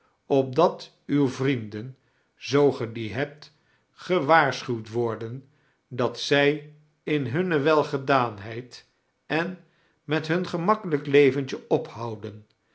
opdat uwe vrienden zioo ge die hebt gewaarschuwd worden dat zij in hunn welgedaanheid en met hun gemakkelijk leventje ophouden